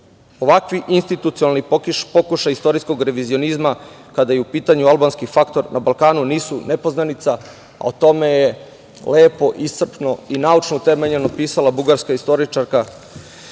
Ovakvi institucionalni pokušaji istorijskog revizionizma kada je u pitanju albanski faktor na Balkanu nisu nepoznanica, o tome je lepo i iscrpno i naučno utemeljeno pisala bugarska istoričarka,